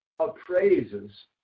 appraises